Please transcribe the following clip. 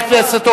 חבר הכנסת גפני.